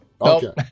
Okay